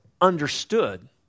understood